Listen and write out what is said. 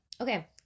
Okay